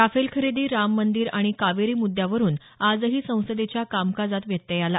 Rafale खरेदी राम मंदीर आणि कावेरी मुद्यावरुन आजही संसदेच्या कामकाजात व्यत्यय आला